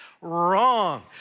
Wrong